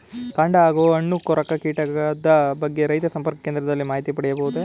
ಕಾಂಡ ಹಾಗೂ ಹಣ್ಣು ಕೊರಕ ಕೀಟದ ಬಗ್ಗೆ ರೈತ ಸಂಪರ್ಕ ಕೇಂದ್ರದಲ್ಲಿ ಮಾಹಿತಿ ಪಡೆಯಬಹುದೇ?